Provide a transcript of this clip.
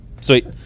Sweet